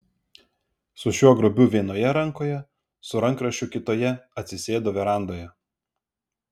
su šiuo grobiu vienoje rankoje su rankraščiu kitoje atsisėdo verandoje